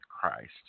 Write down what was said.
Christ